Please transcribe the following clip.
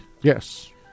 Yes